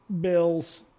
Bills